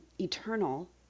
eternal